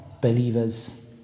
believers